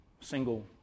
single